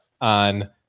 on